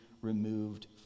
removed